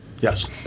Yes